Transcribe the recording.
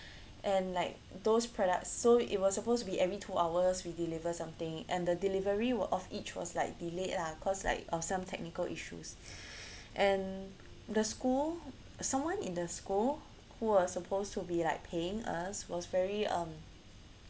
and like those product so it was supposed to be every two hours we deliver something and the delivery were of each was like delayed lah cause like of some technical issues and the school someone in the school who were supposed to be like paying us was very um